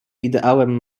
ideałem